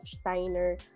Steiner